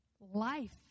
life